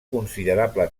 considerable